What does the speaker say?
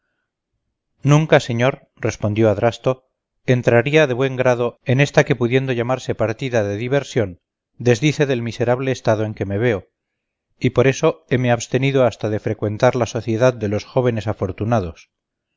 nunca señor respondió adrasto entraría de buen grado en esta que pudiendo llamarse partida de diversión desdice del miserable estado en que me veo y por eso heme abstenido hasta de frecuentar la sociedad de los jóvenes afortunados